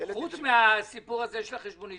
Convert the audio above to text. --- חוץ מהסיפור הזה של החשבונית,